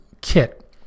kit